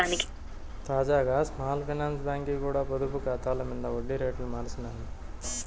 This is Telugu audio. తాజాగా స్మాల్ ఫైనాన్స్ బాంకీ కూడా పొదుపు కాతాల మింద ఒడ్డి రేట్లు మార్సినాది